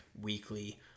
weekly